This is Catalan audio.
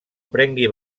prengui